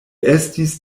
estis